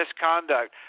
misconduct